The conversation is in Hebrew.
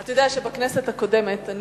אתה יודע שבכנסת הקודמת,